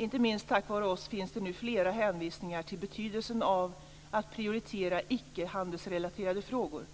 Inte minst tack vare oss finns det nu flera hänvisningar till betydelsen av att prioritera icke handelsrelaterade frågor